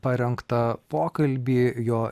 parengtą pokalbį jo